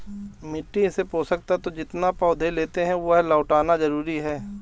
मिट्टी से पोषक तत्व जितना पौधे लेते है, वह लौटाना जरूरी है